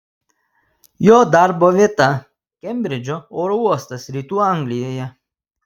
jo darbo vieta kembridžo oro uostas rytų anglijoje